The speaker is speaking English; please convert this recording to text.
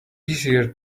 easier